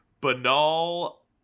banal